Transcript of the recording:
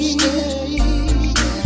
Stay